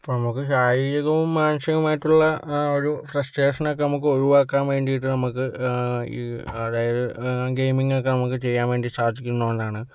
ഇപ്പോൾ നമ്മുക്ക് ശാരീരികവും മാനസികവുമായിട്ടുള്ള ഒരു ഫ്രെസ്റ്റേഷനൊക്കെ നമ്മുക്ക് ഒഴിവാക്കാൻ വേണ്ടീട്ട് നമക്ക് ഈ അതായത് ഗെയിമിങ്ങൊക്കെ നമ്മുക്ക് ചെയ്യാൻ വേണ്ടി സാധിക്കുന്ന ഒന്നാണ്